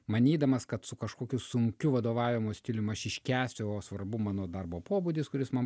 manydamas kad su kažkokiu sunkiu vadovavimo stilium aš iškęsiu o svarbu mano darbo pobūdis kuris man